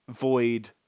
void